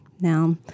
Now